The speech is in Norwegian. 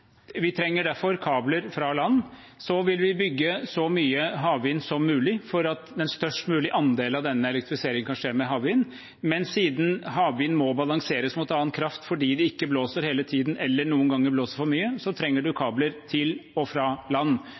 vi bygge så mye havvind som mulig for at en størst mulig andel av denne elektrifiseringen kan skje med havvind. Men siden havvind må balanseres mot annen kraft fordi det ikke blåser hele tiden, eller noen ganger blåser for mye, trenger man kabler til og fra land.